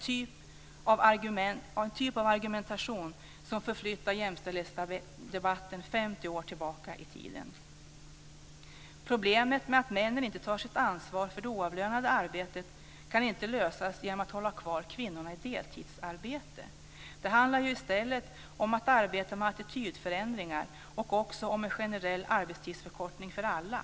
Det är en typ av argumentation som förflyttar jämställdhetsdebatten 50 år tillbaka i tiden. Problemet med att männen inte tar sitt ansvar för det oavlönade arbetet kan inte lösas genom att man håller kvar kvinnorna i deltidsarbete. Det handlar i stället om att arbeta med attitydförändringar och också om en generell arbetstidsförkortning för alla.